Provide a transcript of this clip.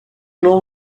nom